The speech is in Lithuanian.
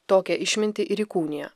tokią išmintį ir įkūnija